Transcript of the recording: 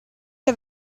che